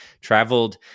traveled